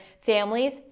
families